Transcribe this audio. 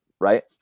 right